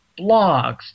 blogs